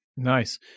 Nice